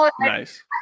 nice